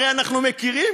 הרי אנחנו מכירים,